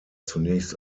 zunächst